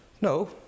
no